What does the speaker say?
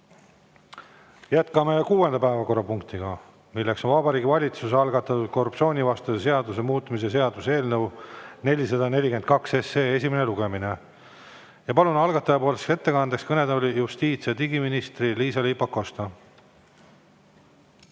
Jätkame kuuenda päevakorrapunktiga, milleks on Vabariigi Valitsuse algatatud korruptsioonivastase seaduse muutmise seaduse eelnõu 442 esimene lugemine. Ma palun algatajapoolseks ettekandeks kõnetooli justiits- ja digiminister Liisa-Ly Pakosta.